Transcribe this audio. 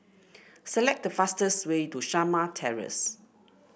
select the fastest way to Shamah Terrace